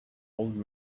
old